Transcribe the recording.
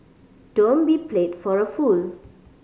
don't be played for a fool